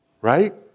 right